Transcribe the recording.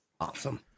awesome